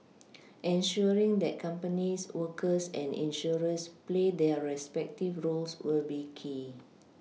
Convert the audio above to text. ensuring that companies workers and insurers play their respective roles will be key